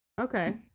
Okay